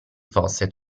fosse